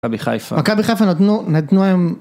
מכבי חיפה נתנו היום.